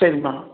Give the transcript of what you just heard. சரிம்மா